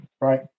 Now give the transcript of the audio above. right